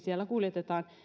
siellä kuljetetaan